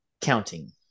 counting